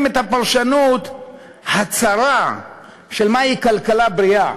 את הפרשנות הצרה של מהי כלכלה בריאה,